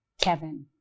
Kevin